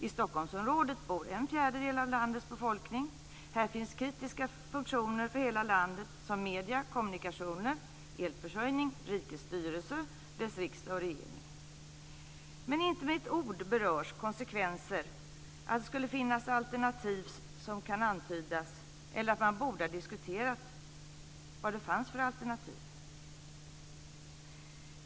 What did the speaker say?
I Stockholmsområdet bor en fjärdedel av landets befolkning. Här finns kritiska funktioner för hela landet som medier, kommunikationer, elförsörjning och rikets styrelse - dess riksdag och regering. Men inte med ett ord berörs konsekvenser, att det skulle finnas alternativ som kan antydas eller att man borde ha diskuterat vilka alternativ som fanns.